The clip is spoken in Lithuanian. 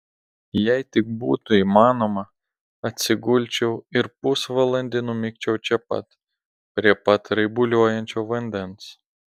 jei tik būtų įmanoma atsigulčiau ir pusvalandį numigčiau čia pat prie pat raibuliuojančio vandens